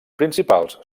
principals